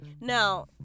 Now